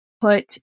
put